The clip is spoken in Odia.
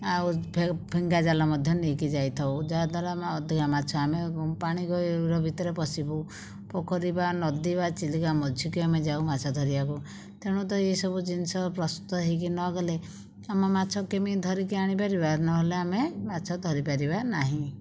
ଆଉ ଫିଙ୍ଗା ଜାଲ ମଧ୍ୟ ନେଇକି ଯାଇଥାଉ ଯାହାଦ୍ଵାରା ଆମେ ଅଧିକା ମାଛ ଆମେ ପାଣି ଗହିର ଭିତରେ ପଶିବୁ ପୋଖରୀ ବା ନଦୀ ବା ଚିଲିକା ମଝିକୁ ଆମେ ଯାଉ ମାଛ ଧରିବାକୁ ତେଣୁ ତ ଏସବୁ ଜିନିଷ ପ୍ରସ୍ତୁତ ହୋଇକି ନଗଲେ ଆମ ମାଛ କେମିତି ଧରିକି ଆଣିପାରିବା ନହେଲେ ଆମେ ମାଛ ଧରିପାରିବା ନାହିଁ